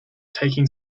taking